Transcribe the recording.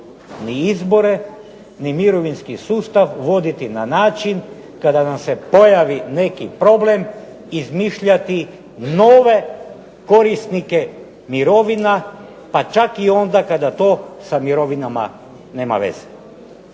ni izbore, ni mirovinski sustav voditi na način kada nam se pojavi neki problem, izmišljati nove korisnike mirovina, pa čak i onda kada to sa mirovinama nema veze.